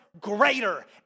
greater